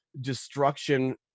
destruction